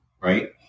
right